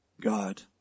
God